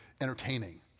entertaining